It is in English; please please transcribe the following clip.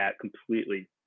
completely